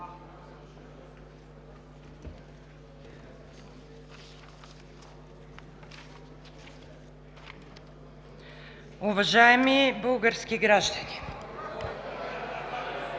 Уважаеми български граждани!